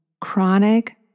chronic